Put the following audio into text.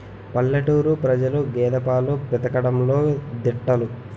పల్లెటూరు ప్రజలు గేదె పాలు పితకడంలో దిట్టలు